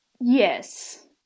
Yes